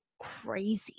crazy